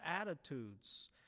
attitudes